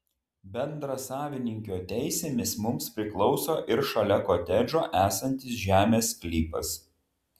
bendrasavininkio teisėmis mums priklauso ir šalia kotedžo esantis žemės sklypas